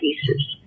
Pieces